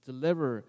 Deliver